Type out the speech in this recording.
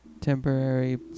temporary